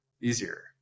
easier